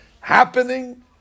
happening